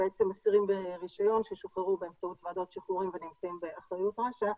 אסירים ברישיון ששוחררו באמצעות ועדת שחרורים ונמצאים באחריות רש"א.